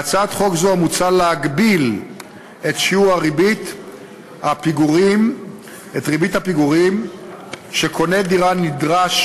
בהצעת חוק זו מוצע להגביל את שיעור ריבית הפיגורים שקונה דירה נדרש